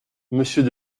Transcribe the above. monsieur